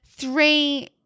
Three